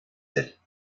elle